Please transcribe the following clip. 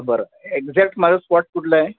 बरं एक्झॅक्ट माझं स्पॉट कुठलं आहे